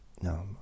no